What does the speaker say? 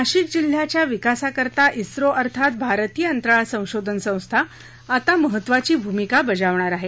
नाशिक जिल्ह्याच्या विकासाकरता इसरो अर्थात भारतीय अंतराळ संशोधन संस्था आता महत्वाची भूमिका बजावणार आहे